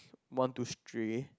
want to stray